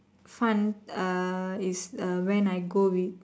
fun uh is uh when I go with